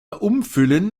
umfüllen